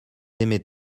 aimaient